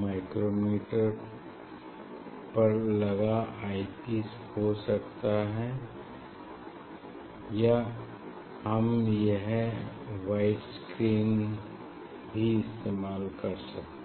micrometer पर लगा eyepiece हो सकता है या हम यह वाइट स्क्रीन इस्तेमाल करेंगे